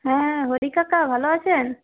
হ্যাঁ হরি কাকা ভালো আছেন